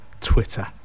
Twitter